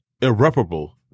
irreparable